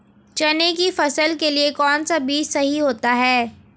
चने की फसल के लिए कौनसा बीज सही होता है?